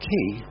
key